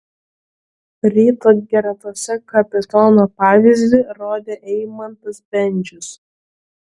ryto gretose kapitono pavyzdį rodė eimantas bendžius